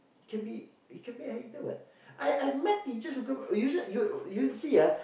it can be it can be anything what I I've met teacher who come usually you you see ah